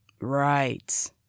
Right